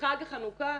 בחג החנוכה?